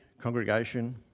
congregation